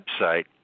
website